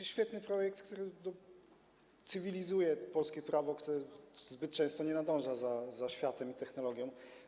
To świetny projekt, który cywilizuje polskie prawo, które zbyt często nie nadąża za światem i technologią.